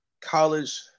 college